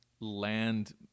Land